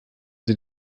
sie